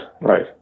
Right